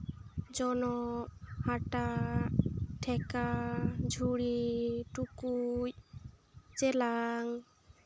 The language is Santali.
ᱡᱚᱱᱚᱜ ᱦᱟᱴᱟᱜ ᱴᱷᱮᱠᱟ ᱡᱷᱩᱲᱤ ᱴᱩᱠᱩᱡ ᱪᱮᱞᱟᱝ